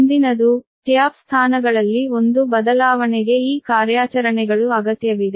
ಮುಂದಿನದು ಟ್ಯಾಪ್ ಸ್ಥಾನಗಳಲ್ಲಿ ಒಂದು ಬದಲಾವಣೆಗೆ ಈ ಕಾರ್ಯಾಚರಣೆಗಳು ಅಗತ್ಯವಿದೆ